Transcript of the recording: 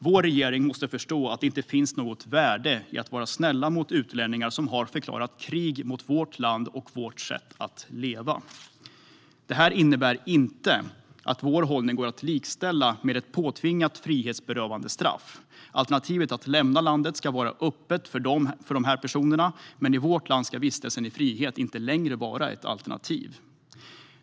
Vår regering måste förstå att det inte finns något värde i att vara snäll mot utlänningar som förklarat krig mot vårt land och vårt sätt att leva. Det här innebär inte att vår hållning går att likställa med ett påtvingat frihetsberövande straff. Alternativet att lämna landet ska vara öppet för dessa personer, men i vårt land ska vistelse i frihet inte längre vara ett alternativ.